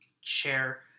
share